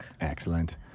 Excellent